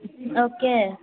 okay